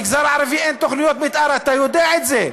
אין תוכניות מתאר, אתה יודע את זה.